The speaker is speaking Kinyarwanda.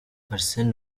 arsene